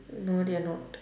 no they are not